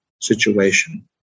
situation